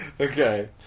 Okay